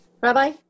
Rabbi